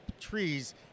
Trees